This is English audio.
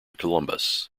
columbus